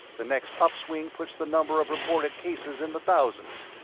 the next upswing puts the number of reported cases in the thousands,